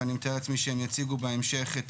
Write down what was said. ואני מתאר לעצמי שהם יציגו בהמשך את